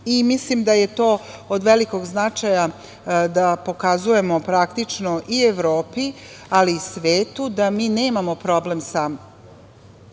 toga. Mislim da je to od velikog značaja da pokazujemo praktično, i Evropi, ali i svetu, da mi nemamo problem sa